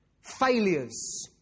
failures